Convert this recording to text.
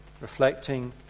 reflecting